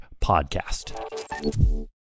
podcast